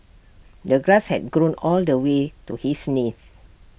the grass had grown all the way to his knees